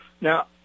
Now